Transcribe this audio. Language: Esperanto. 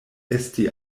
esti